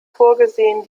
vorgesehen